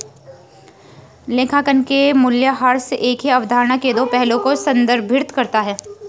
लेखांकन में मूल्यह्रास एक ही अवधारणा के दो पहलुओं को संदर्भित करता है